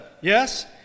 Yes